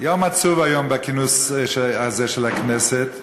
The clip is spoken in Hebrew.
יום עצוב היום בכינוס הזה של הכנסת,